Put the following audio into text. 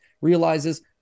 realizes